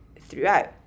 throughout